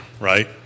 right